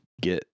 get